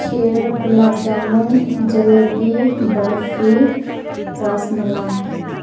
ꯈꯤꯔ gulab jamun jalebi barfi rajmalai